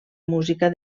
música